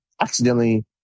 accidentally